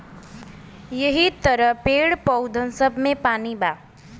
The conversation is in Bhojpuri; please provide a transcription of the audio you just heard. यहि तरह पेड़, पउधन सब मे पानी बा